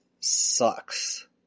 sucks